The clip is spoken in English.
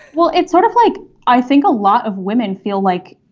well it's sort of like i think a lot of women feel like